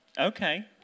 Okay